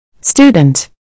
Student